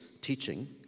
teaching